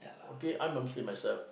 okay I'm a Muslim myself